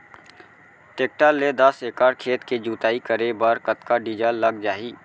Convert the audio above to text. Tractor ले दस एकड़ खेत के जुताई करे बर कतका डीजल लग जाही?